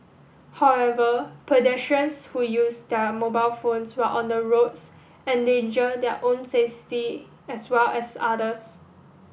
however pedestrians who use their mobile phones while on the roads endanger their own safety as well as others